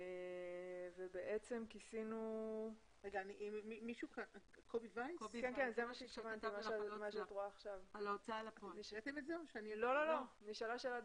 אומר קובי וייס: בענייני הוצאה לפועל, אין אפשרות